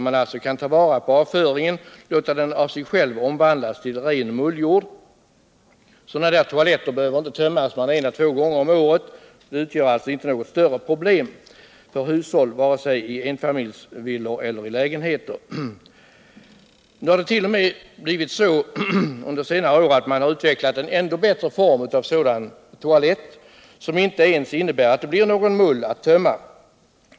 Man kan ta vara på avföringen och låta den av sig själv omvandlas till ren mulljord. Sådana toaletter behöver inte tömmas mer än 1-2 gånger om året och utgör alltså inte något större problem för hushåll vare sig i enfamiljsvillor eller i lägenheter. Under senare år har man utvecklat en ännu bättre form av denna toalett, som gör att det inte blir någon mull alls att tömma.